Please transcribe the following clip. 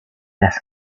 las